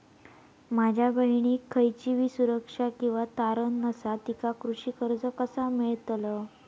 माझ्या बहिणीक खयचीबी सुरक्षा किंवा तारण नसा तिका कृषी कर्ज कसा मेळतल?